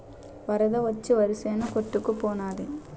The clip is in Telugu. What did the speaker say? వరద వచ్చి వరిసేను కొట్టుకు పోనాది